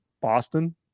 Boston